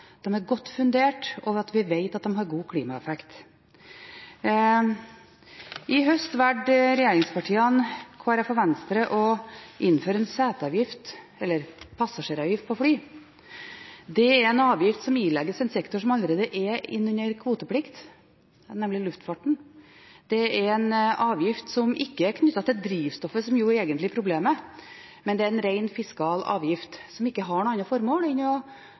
god klimaeffekt. I høst valgte regjeringspartiene, Kristelig Folkeparti og Venstre å innføre en seteavgift, eller passasjeravgift, på fly. Det er en avgift som ilegges en sektor som allerede er innunder kvoteplikt, nemlig luftfarten, og det er en avgift som ikke er knyttet til drivstoffet, som jo egentlig er problemet. Det er en rent fiskal avgift, som ikke har noe annet formål enn